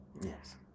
Yes